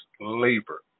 labor